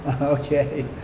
okay